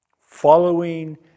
following